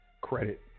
credit